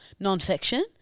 Nonfiction